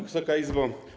Wysoka Izbo!